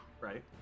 Right